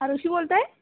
आरुषी बोलत आहे